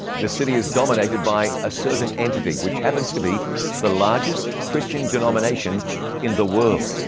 the city is dominated by a certain entity which happens to be the largest christian denomination in the world.